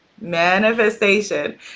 manifestation